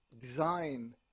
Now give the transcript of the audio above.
design